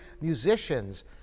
musicians